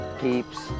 peeps